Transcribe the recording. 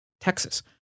Texas